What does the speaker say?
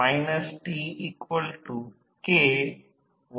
तर येथे अतिशय कमी व्होल्टेज पुरवठा आहे आणि V s c आहे